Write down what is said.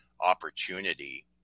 opportunity